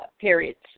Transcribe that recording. periods